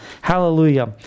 Hallelujah